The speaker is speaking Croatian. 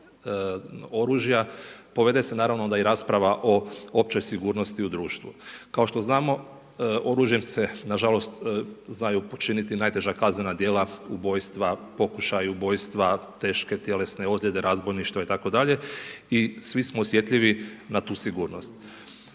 oružja, povede se onda naravno i rasprava o općoj sigurnosti u društvu. Kao što znamo, oružjem se nažalost znaju počiniti najteža kaznena dijela ubojstva, pokušaj ubojstva, teške tjelesne ozlijede, razbojništva itd. I svi smo osjetljivi na tu sigurnost.